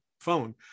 phone